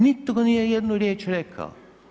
Nitko nije jednu riječ rekao.